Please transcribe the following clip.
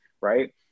right